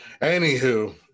anywho